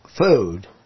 food